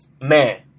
man